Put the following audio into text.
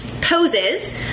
poses